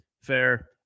Fair